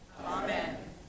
Amen